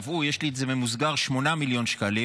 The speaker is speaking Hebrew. עברו, יש לי את זה ממוסגר, 8 מיליון שקלים,